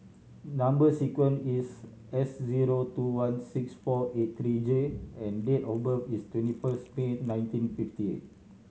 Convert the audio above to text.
number sequence is S zero two one six four eight three J and date of birth is twenty first May nineteen fifty eight